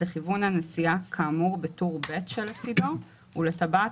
לכיוון הנסיעה כאמור בטור ב' שלצידו ולטבעת